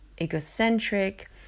egocentric